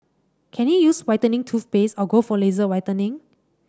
can he use whitening toothpaste or go for laser whitening